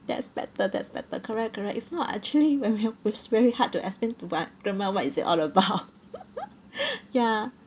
that's better that's better correct correct if not actually when we are it's very hard to explain to my grandma what is it all about ya